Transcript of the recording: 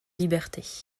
libertés